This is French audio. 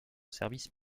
service